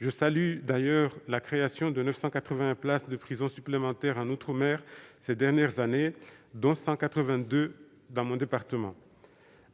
Je salue d'ailleurs la création de 981 places de prison supplémentaires en outre-mer ces dernières années, dont 182 dans mon département.